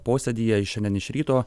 posėdyje šiandien iš ryto